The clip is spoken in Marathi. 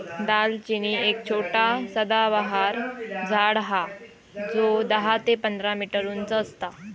दालचिनी एक छोटा सदाबहार झाड हा जो दहा ते पंधरा मीटर उंच असता